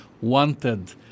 wanted